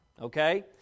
okay